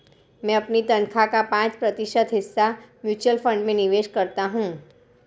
मैं अपनी तनख्वाह का पाँच प्रतिशत हिस्सा म्यूचुअल फंड में निवेश करता हूँ